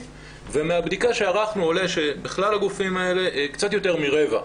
ומהבדיקה שערכנו עולה שבכלל הגופים האלה קצת יותר מרבע,